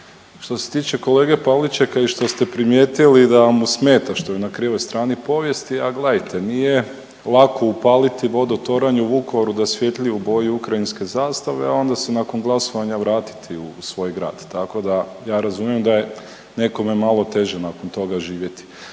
Što se tiče kolege Pavličeka i što ste primijetili da mu smeta što je na krivoj strani povijesti a gledajte nije lako upaliti Vodotoranj u Vukovaru da svijetli u boji ukrajinske zastave, a onda se nakon glasovanja vratiti u svoj grad tako da ja razumijem da je nekome malo teže nakon toga živjeti.